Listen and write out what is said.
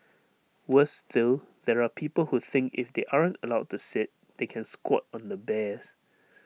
worse still there are people who think if they aren't allowed to sit they can squat on the bears